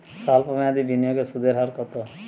সল্প মেয়াদি বিনিয়োগের সুদের হার কত?